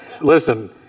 Listen